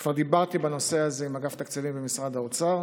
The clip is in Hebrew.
כבר דיברתי בנושא הזה עם אגף התקציבים במשרד האוצר,